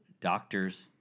doctors